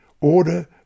order